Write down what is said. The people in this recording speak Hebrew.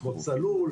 'חוף צלול',